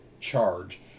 charge